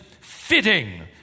fitting